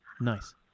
Nice